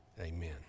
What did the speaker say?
amen